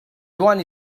joan